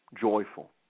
joyful